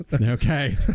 Okay